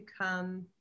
come